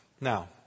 Now